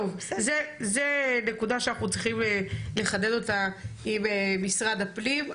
זאת נקודה שאנחנו צריכים לחדד אותה עם משרד הפנים.